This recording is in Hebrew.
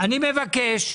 אני מבקש,